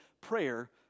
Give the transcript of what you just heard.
prayer